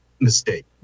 mistake